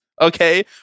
Okay